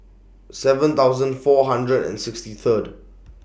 seven thousand four hundred and sixty Third